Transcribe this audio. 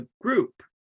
group